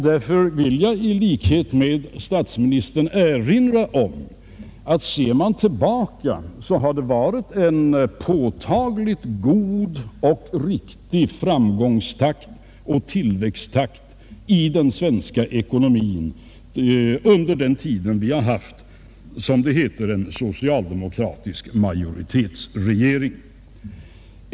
Därför vill jag i likhet med statsministern erinra om att man vid en tillbakablick kan konstatera att det har varit en påtagligt god och riktig framstegsoch tillväxttakt i den svenska ekonomin under den tid vi har haft en, som det heter, socialdemokratisk majoritetsregering.